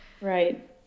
Right